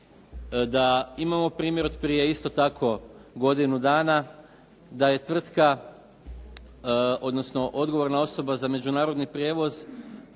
da imamo primjer od prije isto tako godinu dana da je tvrtka, odnosno odgovorna osoba za međunarodni prijevoz